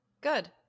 Good